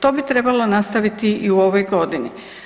To bi trebalo nastaviti i u ovoj godini.